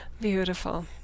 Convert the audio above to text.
Beautiful